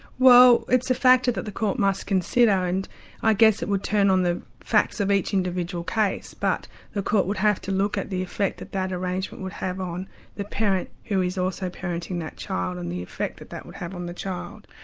well it's a factor that the court must consider, and i guess it would turn on the facts of each individual case, but the court would have to look at the effect that that arrangement would have on the parent who is also parenting that child and the effect that that would have on the child.